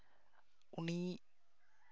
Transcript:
ᱩᱱᱤ